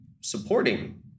supporting